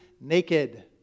naked